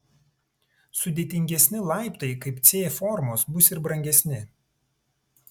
sudėtingesni laiptai kaip c formos bus ir brangesni